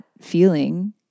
feeling